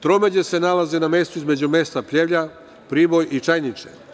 Tromeđe se nalaze na mestu između mesta Pljevlja, Priboj i Čajniče.